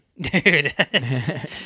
dude